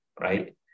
right